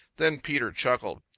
then peter chuckled.